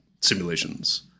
simulations